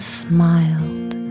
smiled